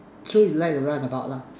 so you like to run about lah